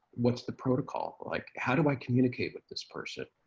what's the protocol? like how do i communicate with this person?